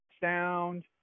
sound